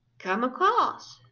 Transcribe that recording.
come across,